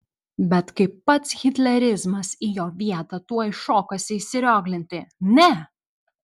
bet kai pats hitlerizmas į jo vietą tuoj šokosi įsirioglinti ne